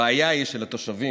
הבעיה היא שלתושבים